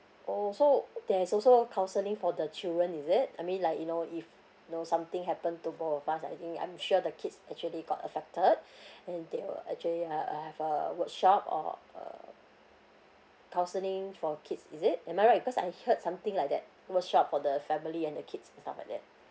oh so there's also counselling for the children is it I mean like you know if you know something happened to both of us I think I'm sure the kids actually got affected then they will actually uh uh have a workshop or a counselling for kids is it am I right because I heard something like that workshop for the family and the kids and stuff like that